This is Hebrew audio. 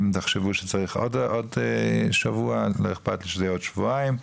אם תחשבו שצריך עוד שבוע לא אכפת לי שזה יהיה עוד שבועיים,